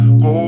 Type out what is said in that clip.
go